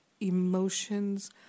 emotions